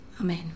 Amen